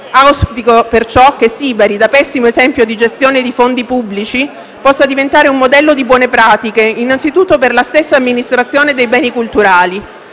Auspico perciò che Sibari, da pessimo esempio di gestione di fondi pubblici, possa diventare un modello di buone pratiche, innanzitutto per la stessa amministrazione dei Beni culturali.